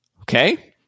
Okay